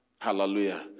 Hallelujah